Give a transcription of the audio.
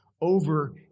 over